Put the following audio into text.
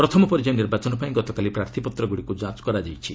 ପ୍ରଥମ ପର୍ଯ୍ୟାୟ ନିର୍ବାଚନ ପାଇଁ ଗତକାଲି ପ୍ରାର୍ଥୀପତ୍ରଗୁଡ଼ିକୁ ଯାଞ୍ଚ କରାଯାଇଛି